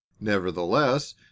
Nevertheless